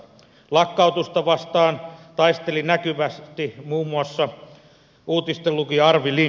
lakkautusta vastaan taisteli näkyvästi muun muassa uutistenlukija arvi lind